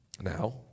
Now